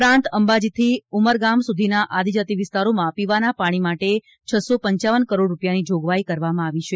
ઉપરાંત અંબાજીથી ઉમરગામ સુધીના આદિજાતિ વિસ્તારોમાં પીવાના પાણી માટે હપપ કરોડ રૂપિયાની જોગવાઇ કરવામાં આવી છે